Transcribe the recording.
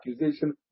accusation